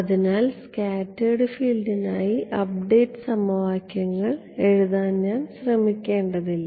അതിനാൽ സ്കാറ്റേർഡ് ഫീൽഡിനായി അപ്ഡേറ്റ് സമവാക്യങ്ങൾ എഴുതാൻ ഞാൻ ശ്രമിക്കേണ്ടതില്ല